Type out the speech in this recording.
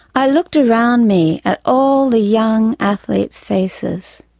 i looked around me at all the young athletes' faces.